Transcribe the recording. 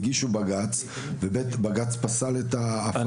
הגישו בג"ץ ובג"ץ פסל את ההפרטה.